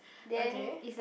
okay